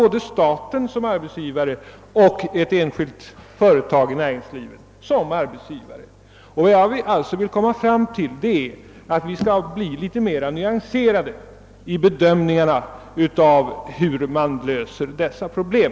Både staten som arbetsgivare och ett enskilt företag har problem i egenskap av arbetsgivare. Jag vill alltså att vi skall göra mera nyanserade bedömningar vid lösningen av dessa problem.